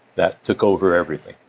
that took over everything.